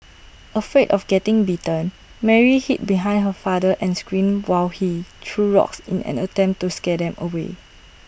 afraid of getting bitten Mary hid behind her father and screamed while he threw rocks in an attempt to scare them away